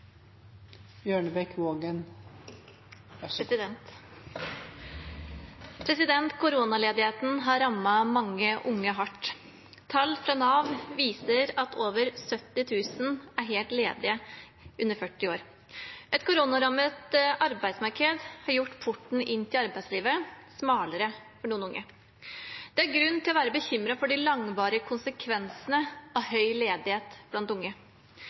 har rammet unge hardt. Tall fra Nav viser at 12. januar var 70 000 under 40 år helt ledige. Et koronarammet arbeidsmarked har gjort porten inn til arbeidslivet smalere for mange unge. Det er grunn til å være bekymret for de langvarige konsekvensene av en høy ledighet blant unge.